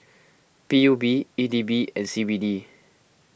P U B E D B and C B D